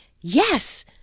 Yes